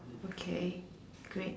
okay great